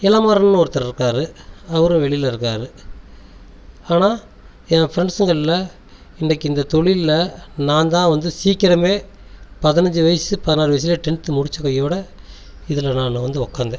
இளமாறன் ஒருத்தரு இருக்காரு அவரும் வெளியில் இருக்காரு ஆனால் என் ஃப்ரெண்ட்ஸ்சுகளில் இன்றைக்கு இந்த தொழில்ல நான் தான் வந்து சீக்கிரமே பதினஞ்சு வயசு பதினாறு டென்த் முடிச்ச கையோடு இதில் நான் வந்து உட்காந்தேன்